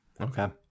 Okay